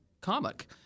comic